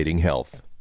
health